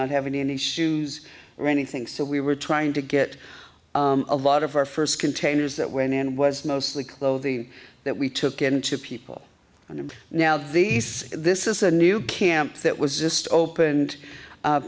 not having any shoes or anything so we were trying to get a lot of our first containers that when and was mostly clothing that we took in two people and now these this is a new camp that was just opened